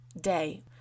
day